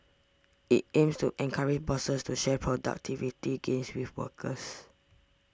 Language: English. it aims to encourage bosses to share productivity gains with workers